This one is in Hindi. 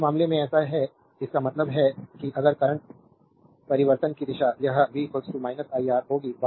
तो इस मामले में ऐसा है इसका मतलब है कि अगर करंट परिवर्तन की दिशा यह v iR होगी